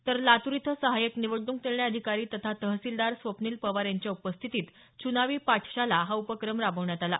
तर लातूर इथं सहाय्यक निवडणूक निर्णय अधिकारी तथा तहसिलदार स्वप्निल पवार यांच्या उपस्थितीत चुनावी पाठशाला हा उपक्रम राबवण्यात आला